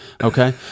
okay